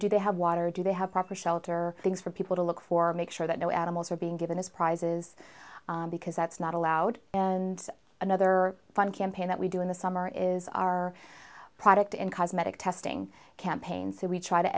do they have water do they have proper shelter things for people to look for make sure that no animals are being given as prizes because that's not allowed and another fun campaign that we do in the summer is our product and cosmetic testing campaign so we try to